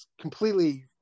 completely